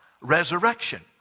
resurrection